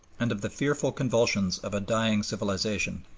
and of the fearful convulsions of a dying civilization.